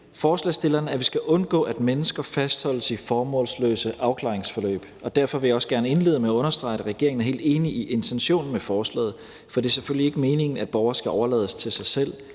forslagsstillerne, at vi skal undgå, at mennesker fastholdes i formålsløse afklaringsforløb, og derfor vil jeg også gerne indlede med at understrege, at regeringen er helt enig i intentionen med forslaget, for det er selvfølgelig ikke meningen, at borgere skal overlades til sig selv